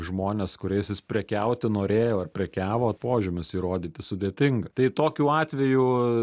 žmones kuriais jis prekiauti norėjo ar prekiavo požymius įrodyti sudėtinga tai tokių atvejų